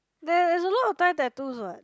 there there's a lot of thigh tattoos [what]